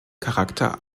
charakter